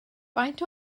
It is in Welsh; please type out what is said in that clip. faint